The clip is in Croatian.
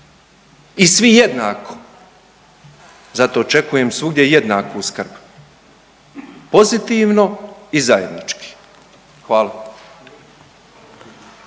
I svi jednako. Zato očekujem svugdje jednaku skrb. Pozitivno i zajednički. Hvala.